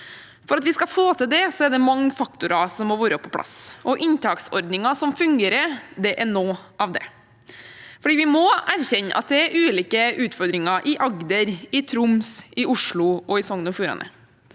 For at vi skal få til det, er det mange faktorer som må være på plass. Inntaksordninger som fungerer, er noe av det. Vi må erkjenne at det er ulike utfordringer i Agder, i Troms, i Oslo og i Sogn